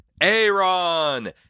Aaron